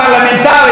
הנוקבת,